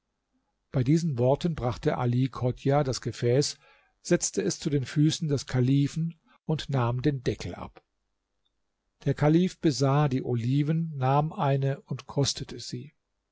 bei diesen worten brachte ali chodjah das gefäß setzte es zu den füßen des kalifen und nahm den deckel ab der kalif besah die oliven nahm eine und kostete sie